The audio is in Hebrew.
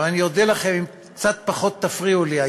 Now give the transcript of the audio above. אבל אני אודה לכם אם קצת פחות תפריעו לי.